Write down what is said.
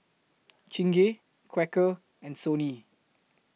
Chingay Quaker and Sony